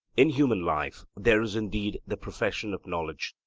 in human life there is indeed the profession of knowledge,